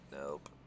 Nope